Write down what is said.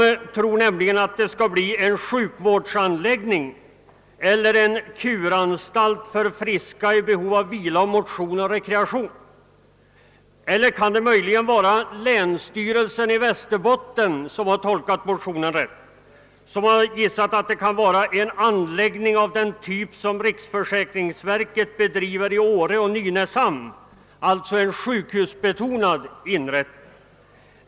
Socialstyrelsen tror att det skall bli en sjukvårdsanläggning eller en kuranstalt för friska personer i behov av vila; motion och rekreation. Eller kan det möjligen vara länsstyrelsen i Västerbotten som har tolkat motionen rätt? Den har gissat att det kan vara fråga om en anläggning av den typ som riksförsäkringsverket bedriver i Åre och Nynäshamn, alltså en sjukvårdsbetonad inrättning.